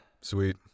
Sweet